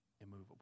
immovable